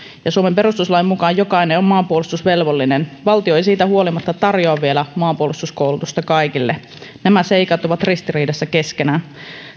ja suomen perustuslain mukaan jokainen on maanpuolustusvelvollinen valtio ei siitä huolimatta vielä tarjoa maanpuolustuskoulutusta kaikille nämä seikat ovat ristiriidassa keskenään